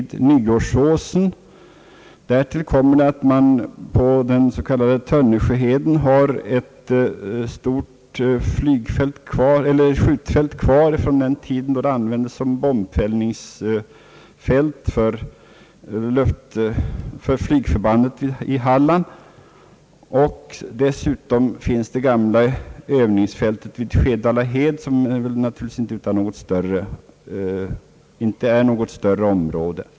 Därtill kommer att man på Tönnersjöheden har ett stort skjutfält kvar från den tid då det användes som bombfällningsfält för flygförbandet i Halland. Dessutom finns det gamla övningsfältet vid Skedalahed, som dock inte är något större område.